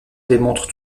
démontrent